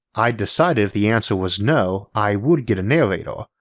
i'd decided if the answer was no i would get a narrator,